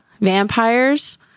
vampires